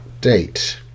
date